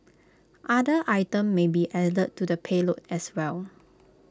other items may be added to the payload as well